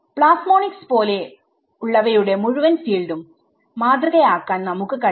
plasmonics പോലെ ഉള്ളവയുടെ മുഴുവൻ ഫീൽഡുംമാതൃക ആക്കാൻ നമുക്ക് കഴിയണം